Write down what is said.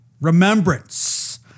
remembrance